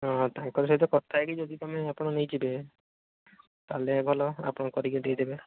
ହଁ ତାଙ୍କରି ସହିତ କଥା ହୋଇକି ଯଦି ତୁମେ ଆପଣ ନେଇଯିବେ ତାହେଲେ ଭଲ ଆପଣ କରିକି ଦେଇଦେବେ